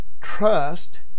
trust